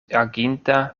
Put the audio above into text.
aginta